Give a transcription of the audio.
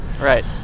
Right